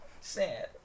Sad